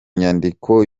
nyandiko